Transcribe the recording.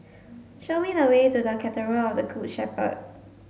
show me the way to the Cathedral of the Good Shepherd